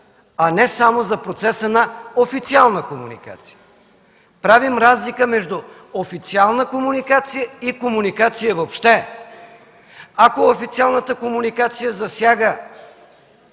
а не само за процеса на официална комуникация. Правим разлика между официална комуникация и комуникация въобще. Ако официалната комуникация засяга